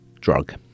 drug